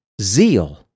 zeal